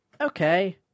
okay